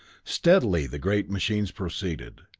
steadily the great machines proceeded,